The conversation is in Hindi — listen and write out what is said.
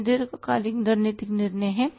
यह दीर्घकालिक रणनीतिक निर्णय है